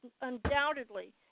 undoubtedly